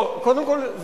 קודם כול,